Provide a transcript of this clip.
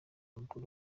mukuru